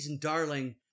darling